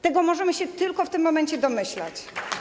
Tego możemy się tylko w tym momencie domyślać.